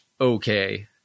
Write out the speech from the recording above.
okay